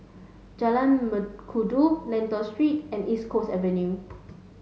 Jalan Mengkudu Lentor Street and East Coast Avenue